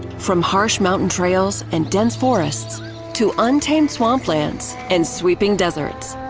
from harsh mountain trails and dense forests to untamed swamplands and sweeping deserts,